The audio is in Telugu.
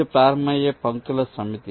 నుండి ప్రారంభమయ్యే పంక్తుల సమితి